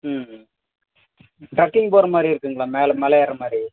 ம் ட்ரக்கிங் போகிற மாதிரி இருக்குங்களா மேலே மலையேறுகிற மாதிரி